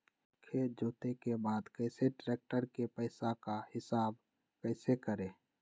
खेत जोते के बाद कैसे ट्रैक्टर के पैसा का हिसाब कैसे करें?